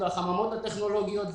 החממות הטכנולוגיות,